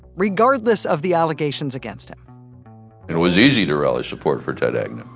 regardless of the allegations against him it was easy to rally support for ted agnew.